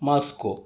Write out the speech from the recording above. Moscow